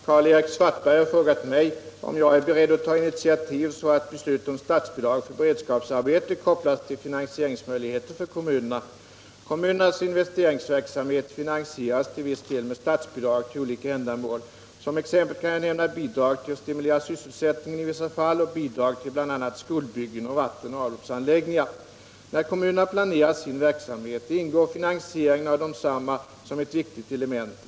Herr talman! Karl-Erik Svartberg har frågat mig om jag är beredd att ta initiativ så att beslut om statsbidrag för beredskapsarbete kopplas till finansieringsmöjligheter för kommunerna. Kommunernas investeringsverksamhet finansieras till viss del med statsbidrag till olika ändamål. Som exempel kan jag nämna bidrag till att stimulera sysselsättningen i vissa fall och bidrag till bl.a. skolbyggen och vattenoch avloppsanläggningar. När kommunerna planerar sin verksamhet ingår finansieringen av densamma som ett viktigt element.